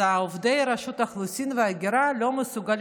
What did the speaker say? אז עובדי רשות האוכלוסין וההגירה לא מסוגלים